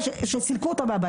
שסילקו אותה מהבית.